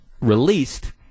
released